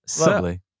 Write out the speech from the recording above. Lovely